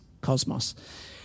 cosmos